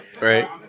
Right